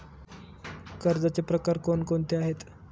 कर्जाचे प्रकार कोणकोणते आहेत?